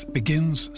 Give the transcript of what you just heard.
begins